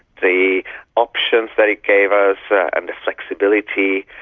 the options that it gave us and the flexibility,